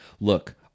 look